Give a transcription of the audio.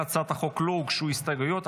להצעת החוק לא הוגשו הסתייגויות,